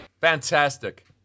Fantastic